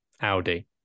Audi